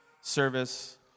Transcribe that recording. service